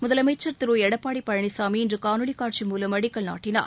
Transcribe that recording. முதலமைச்சர் திரு எடப்பாடி பழனிசாமி இன்று காணொலி காட்சி மூலம் அடிக்கல் நாட்டினார்